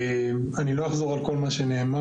אני לא אחזור על כל הנאמר.